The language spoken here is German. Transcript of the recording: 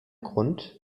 grund